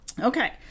Okay